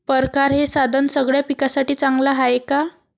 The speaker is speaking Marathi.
परकारं हे साधन सगळ्या पिकासाठी चांगलं हाये का?